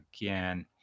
again